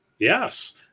Yes